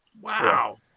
Wow